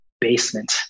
basement